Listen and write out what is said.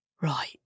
Right